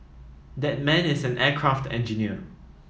that man is an aircraft engineer